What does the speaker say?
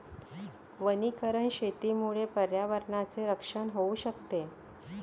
वनीकरण शेतीमुळे पर्यावरणाचे रक्षण होऊ शकते